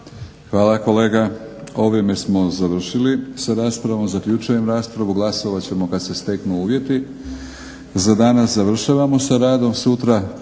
Hvala kolega. Ovime smo završili sa raspravom. Zaključujem raspravu. Glasovat ćemo kad se steknu uvjeti. Za danas završavamo sa radom. Sutra